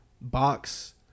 box